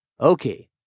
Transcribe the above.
Okay